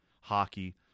hockey